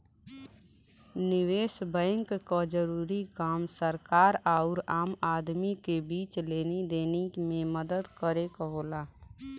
निवेस बैंक क जरूरी काम सरकार आउर आम आदमी क बीच लेनी देनी में मदद करे क होला